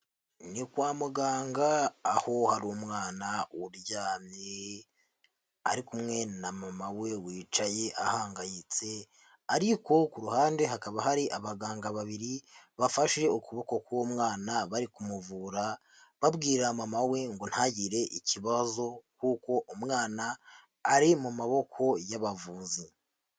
Ni kwa muganga aho hari umwana uryamye ari kumwe na mama we wicaye ahangayitse, ariko ku ruhande hakaba hari abaganga babiri bafashe ukuboko k'uwo mwana bari kumuvura. Babwira mama we ngo ntagire ikibazo kuko umwana ari mu maboko y'abavuzi.